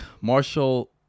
Marshall